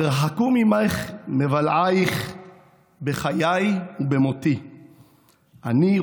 // ורחקו ממך מבלעייך / בחיי ובמותי / אני,